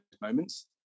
moments